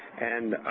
and